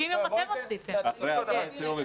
אתם עשיתם 30 יום.